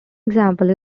example